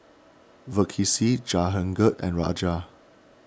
Verghese Jehangirr and Raja